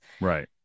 Right